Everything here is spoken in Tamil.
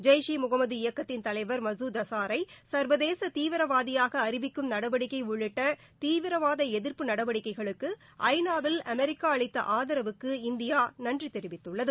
ஜெய்ஷ் இ முகமது இயக்கத்தின் தலைவர் மசூத் அசாரை சர்வதேச தீவிரவாதியாக அறிவிக்கும் நடவடிக்கை உள்ளிட்ட தீவிரவாத எதிர்ப்பு நடவடிக்கைகளுக்கு ஐ நா வில் அமெரிக்கா அளித்த ஆதரவுக்கு இந்தியா நன்றி தெரிவித்துள்ளது